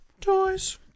toys